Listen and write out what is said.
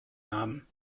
namen